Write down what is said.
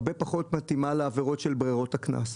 הרבה פחות מתאימה לעבירות של ברירות הקנס.